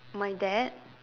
my dad